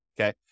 okay